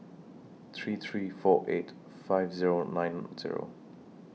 three three four eight five Zero nine Zero